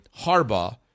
Harbaugh